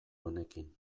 honekin